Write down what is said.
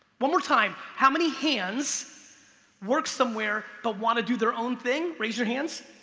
one more time. how many hands work somewhere, but wanna do their own thing? raise your hands.